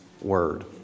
word